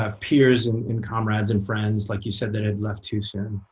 ah peers, and and comrades, and friends, like you said, that had left too soon,